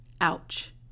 ouch